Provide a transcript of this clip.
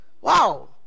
Wow